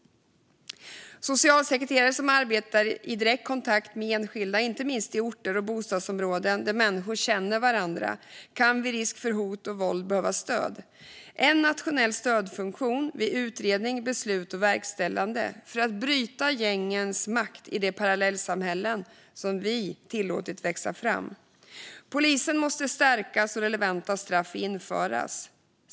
Socialsekreterare som arbetar i direkt kontakt med enskilda, inte minst i orter och bostadsområden där människor känner varandra, kan vid risk för hot och våld behöva stöd. Det behövs en nationell stödfunktion vid utredning, beslut och verkställande för att bryta gängens makt i de parallellsamhällen vi har tillåtit att växa fram. Polisen måste stärkas och relevanta straff införas.